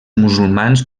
musulmans